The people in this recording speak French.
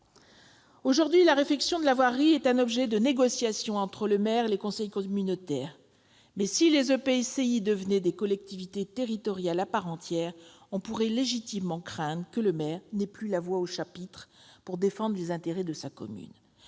Aujourd'hui, la réfection de la voirie est un objet de négociation entre le maire et le conseil communautaire. Si les EPCI devenaient des collectivités territoriales à part entière, on pourrait légitimement craindre que le maire n'ait plus voix au chapitre en ce qui concerne les intérêts de sa commune.